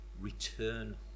return